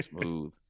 smooth